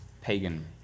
pagan